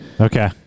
Okay